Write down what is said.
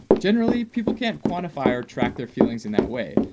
generally, people can't quantify or track their feelings in that way,